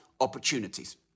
opportunities